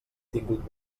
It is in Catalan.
tingut